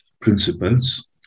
principles